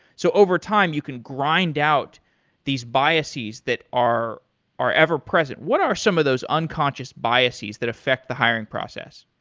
so overtime, you can grind out these biases that are are ever present. what are some of those unconscious biases that affect the hiring process?